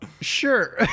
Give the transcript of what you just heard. sure